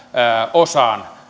osan